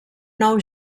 nou